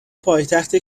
پایتخت